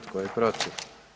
Tko je protiv?